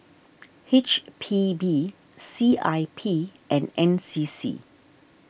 H P B C I P and N C C